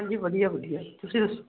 ਹਾਂਜੀ ਵਧੀਆ ਵਧੀਆ ਤੁਸੀਂ ਦੱਸੋ